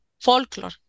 folklore